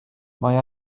mae